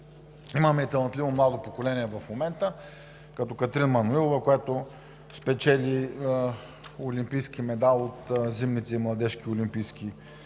Имаме талантливо младо поколение в момента, като Катрин Маноилова, която спечели олимпийски медал от Зимните младежки олимпийски игри.